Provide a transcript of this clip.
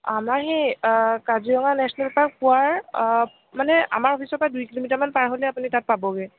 আমাৰ সেই Kaziranga national park পোৱাৰ মানে আমাৰ অফিচৰপৰা দুই কিলোমিটাৰমান পাৰ হ'লে আপুনি তাত পাবগৈ